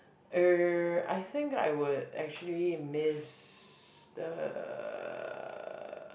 uh I think I would actually miss the